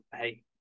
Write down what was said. hey